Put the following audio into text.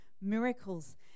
miracles